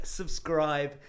subscribe